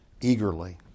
eagerly